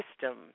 system